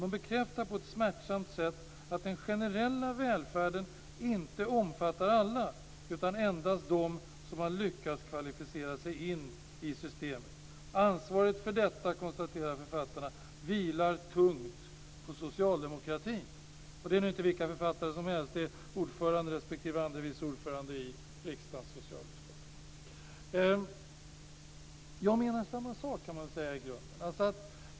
De bekräftar på ett smärtsamt sätt att den generella välfärden inte omfattar alla utan endast dem som har lyckats kvalificera sig in i systemet. Ansvaret för detta, konstaterar författarna, vilar tungt på socialdemokratin. Det är nu inte vilka författare som helst. Det är ordföranden respektive andre vice ordföranden i riksdagens socialförsäkringsutskott. Jag menar samma sak, kan man säga, i grunden.